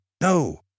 No